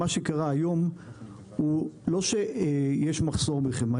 מה שקרה היום הוא לא שיש מחסור בחמאה,